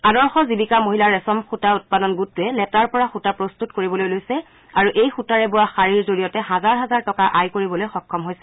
আদৰ্শ জীৱিকা মহিলা ৰেচম সৃতা উৎপাদন গোটটোৱে লেটাৰ পৰা সূতা প্ৰস্তত কৰিবলৈ লৈছে আৰু এই সূতাৰে বোৱা শাৰীৰ জৰিয়তে হাজাৰ হাজাৰ টকা আয় কৰিবলৈ সক্ষম হৈছে